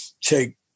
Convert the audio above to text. take